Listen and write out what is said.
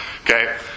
Okay